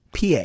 PA